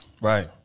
Right